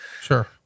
Sure